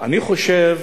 אני חושב